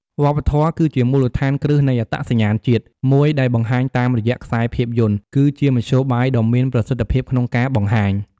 វប្បធម៌ គឺជាមូលដ្ឋានគ្រឹះនៃអត្តសញ្ញាណជាតិមួយដែលបង្ហាញតាមរយះខ្សែភាពយន្ត គឺជាមធ្យោបាយដ៏មានប្រសិទ្ធភាពក្នុងការបង្ហាញ។